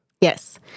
Yes